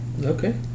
okay